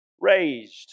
raised